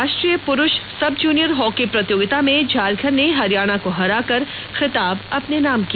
राष्ट्रीय पुरुष sub junior hockey प्रतियोगिता में झारखंड ने हरियाणा को हराकर खिताब अपने नाम किया